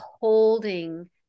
holding